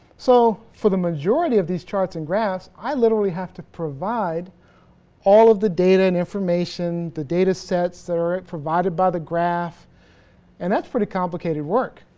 so. for the majority of these charts and graphs i literally have to provide all of the data and information that datasets that are provided by the graph and that's pretty complicated work.